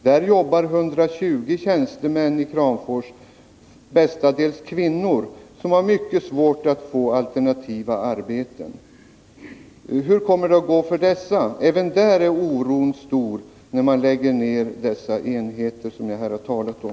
Där jobbar i Kramfors 120 tjänstemän, mestadels kvinnor, som har mycket svårt att få alternativa arbeten. Hur kommer det att gå för dessa? Även där är oron stor, när man nu lägger ned de enheter som jag här har talat om.